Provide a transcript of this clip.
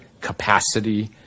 capacity